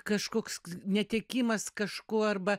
kažkoks netekimas kažko arba